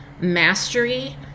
mastery